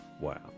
Wow